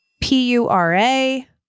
P-U-R-A